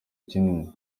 kinini